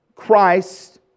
Christ